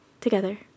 Together